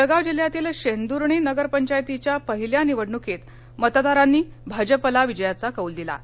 जळगाव जिल्ह्यातील शेंदुर्णी नगरपंचायतीच्या पहिल्या निवडणुकीत मतदारांनी भाजपाला विजयाचा कौल दिला आहे